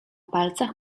palcach